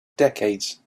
decades